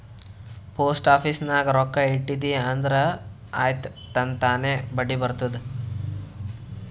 post office ನಾಗ್ ರೊಕ್ಕಾ ಇಟ್ಟಿದಿ ಅಂದುರ್ ಆಯ್ತ್ ತನ್ತಾನೇ ಬಡ್ಡಿ ಬರ್ತುದ್